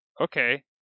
Okay